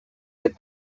the